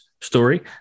story